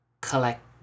collect